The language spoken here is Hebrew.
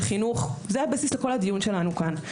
לחינוך זה הבסיס של כל הדיון שלנו כאן.